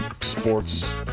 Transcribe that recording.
sports